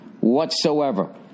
whatsoever